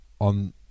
on